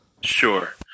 Sure